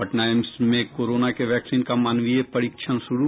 पटना एम्स में कोरोना के वैक्सीन का मानवीय परीक्षण शुरू